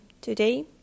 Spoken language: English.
Today